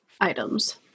items